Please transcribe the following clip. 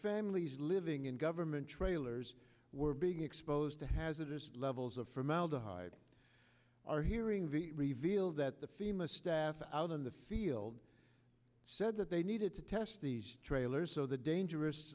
families living in government trailers were being exposed to hazardous levels of formaldehyde are hearing the reveal that the fema staff out in the field said that they needed to test these trailers so the dangerous